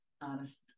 honest